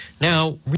Now